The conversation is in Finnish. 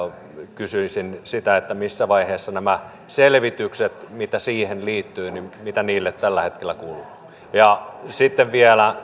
kysyisin sitä missä vaiheessa ovat nämä selvitykset mitkä siihen liittyvät mitä niille tällä hetkellä kuuluu ja sitten vielä